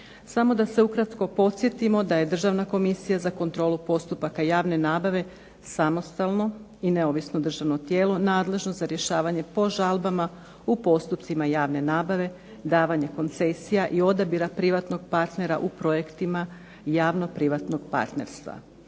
Samo da se ukratko podsjetimo da je Državna komisija za kontrolu postupaka javne nabave samostalno i neovisno državno tijelo nadležno za rješavanje po žalbama u postupcima javne nabave, davanje koncesija i odabira privatnog partnera u projektima javno-privatnog partnerstva.